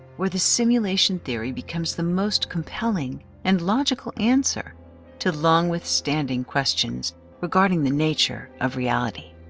where the simulation theory becomes the most compelling and logical answer to long withstanding questions regarding the nature of reality.